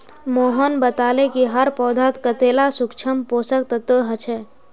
मोहन बताले कि हर पौधात कतेला सूक्ष्म पोषक तत्व ह छे